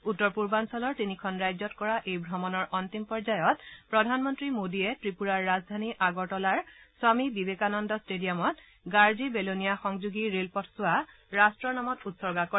উত্তৰ পূৰ্বাঞ্চলৰ তিনিখন ৰাজ্যত কৰা এই ভ্ৰমণৰ অন্তিম পৰ্যায়ত প্ৰধানমন্ত্ৰী মোডীয়ে ত্ৰিপুৰাৰ ৰাজধানী আগৰতলাৰ স্বামী বিবেকানন্দ টেডিয়ামত গাৰ্জি বেলোনিয়া সংযোগী ৰেলপথ ছোৱা ৰট্টৰ নামত উৎসৰ্গা কৰে